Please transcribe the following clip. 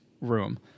room